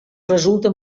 resulta